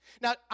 Now